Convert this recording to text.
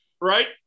Right